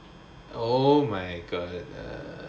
oh my god err